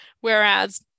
whereas